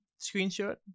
screenshot